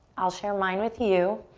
i'll share mine with you.